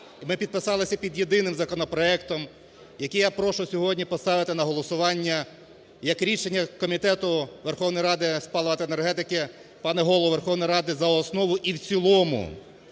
ми підписалися під єдиним законопроектом, який я прошу сьогодні поставити на голосування, як рішення, Комітету Верховної Ради з палива та енергетики, пане Голово Верховної Ради, за основу і в цілому,